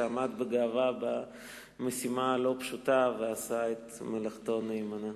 שעמד בגאווה במשימה הלא-פשוטה ועשה את מלאכתו נאמנה.